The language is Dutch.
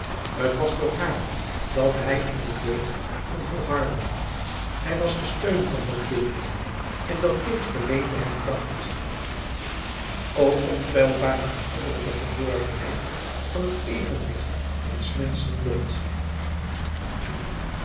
t was door haar dat hij in de deugd kon volharden hij was de steun van dat kind en dat kind verleende hem kracht o onpeilbare en goddelijke verborgenheid van t evenwicht in s menschen lot